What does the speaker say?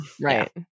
right